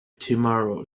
tomorrow